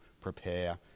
prepare